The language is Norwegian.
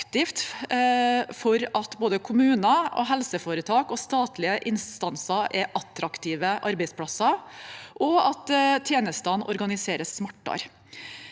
Referat 2849 kommuner, helseforetak og statlige instanser er attraktive arbeidsplasser, og at tjenestene organiseres smartere.